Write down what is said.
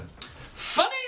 Funny